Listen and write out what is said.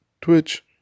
Twitch